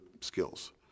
skills